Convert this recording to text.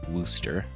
Wooster